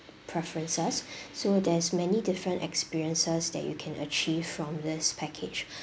preferences so there's many different experiences that you can achieve from this package